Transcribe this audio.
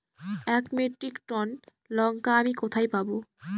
এক metric ton লঙ্কা আমি কোথায় পাবো?